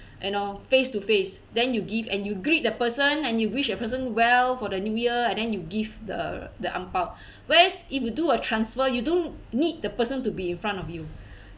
you know face to face then you give and you greet the person and you wish the person well for the new year and then you give the the ang pow whereas if you do a transfer you don't need the person to be in front of you